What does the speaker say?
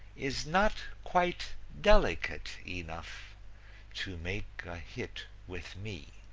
is not quite delicate enough to make a hit with me.